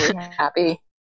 happy